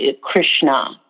Krishna